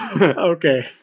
Okay